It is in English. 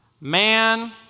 Man